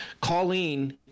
Colleen